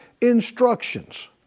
instructions